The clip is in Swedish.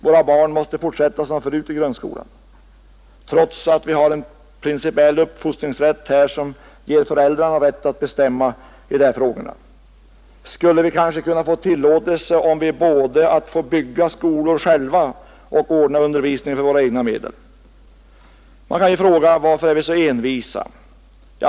Våra barn måste fortsätta som förut i grundskolan, trots att föräldrarna har principiell rätt att bestämma i dessa frågor. Skulle vi kanske få tillåtelse om vi bad att få bygga skolor själva och ordna undervisningen för våra egna medel? Man kan fråga varför vi är så envisa.